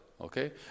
okay